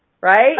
right